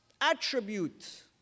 attribute